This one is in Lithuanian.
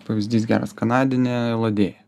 pavyzdys geras kanadinė elodėja